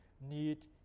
need